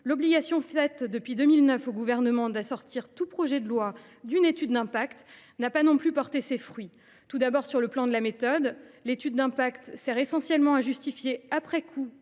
l’obligation faite depuis 2009 au Gouvernement d’assortir tout projet de loi d’une étude d’impact n’a pas non plus porté ses fruits. Du point de vue de la méthode, tout d’abord : l’étude d’impact sert essentiellement à justifier après coup